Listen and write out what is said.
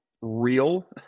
real